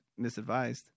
Misadvised